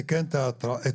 תיקן את התקלה,